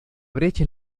brecha